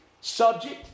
subject